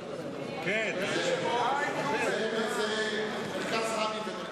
אני חושב שנפלה טעות.